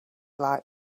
like